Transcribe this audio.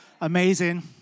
Amazing